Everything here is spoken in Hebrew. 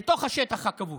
בתוך השטח הכבוש.